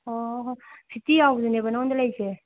ꯑꯣ ꯍꯣ ꯐꯤꯐꯇꯤ ꯌꯥꯎꯕꯗꯨꯅꯦꯕ ꯅꯪꯉꯣꯟꯗ ꯂꯩꯁꯦ